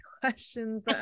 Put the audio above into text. questions